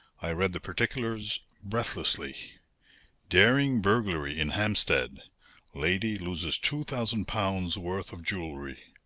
i read the particulars breathlessly daring burglary in hampstead lady loses two thousand pounds' worth of jewelry.